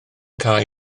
cau